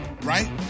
right